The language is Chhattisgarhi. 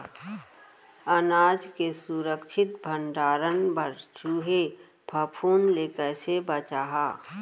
अनाज के सुरक्षित भण्डारण बर चूहे, फफूंद ले कैसे बचाहा?